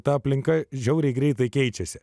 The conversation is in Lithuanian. ta aplinka žiauriai greitai keičiasi